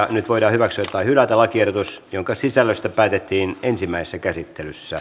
nyt voidaan hyväksyä tai hylätä lakiehdotus jonka sisällöstä päätettiin ensimmäisessä käsittelyssä